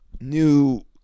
new